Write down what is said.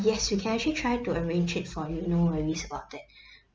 yes we can actually try to arrange it for you no worries about it